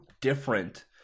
different